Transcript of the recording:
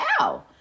ow